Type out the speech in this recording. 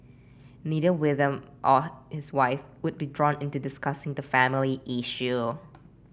neither William nor his wife would be drawn into discussing the family